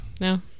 no